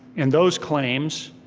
and those claims,